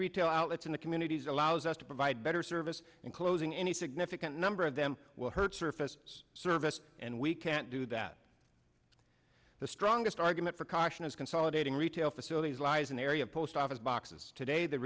retail outlets in the communities allows us to provide better service and closing any significant number of them will hurt surface service and we can't do that the strongest argument for caution is consolidating retail facilities lies in the area of post office boxes today the